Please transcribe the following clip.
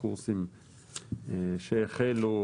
קורסים שהחלו,